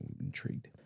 intrigued